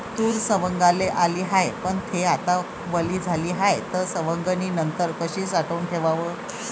तूर सवंगाले आली हाये, पन थे आता वली झाली हाये, त सवंगनीनंतर कशी साठवून ठेवाव?